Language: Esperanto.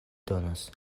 donos